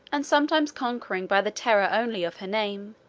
and sometimes conquering by the terror only of her name,